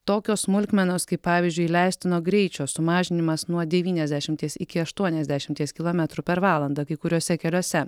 tokios smulkmenos kaip pavyzdžiui leistino greičio sumažinimas nuo devyniasdešimties iki aštuoniasdešimties kilometrų per valandą kai kuriuose keliuose